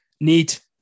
neat